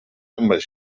must